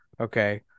Okay